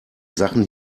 sachen